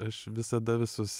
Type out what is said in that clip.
aš visada visus